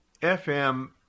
FM